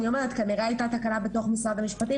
אז אני אומרת שכנראה הייתה תקלה בתוך משרד המשפטים